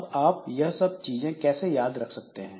अब आप यह सब चीजें कैसे याद रख सकते हैं